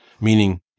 meaning